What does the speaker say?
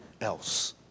else